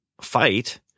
fight